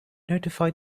notified